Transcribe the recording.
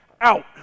out